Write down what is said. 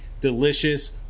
delicious